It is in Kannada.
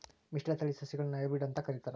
ಮಿಶ್ರತಳಿ ಸಸಿಗುಳ್ನ ಹೈಬ್ರಿಡ್ ಅಂತ ಕರಿತಾರ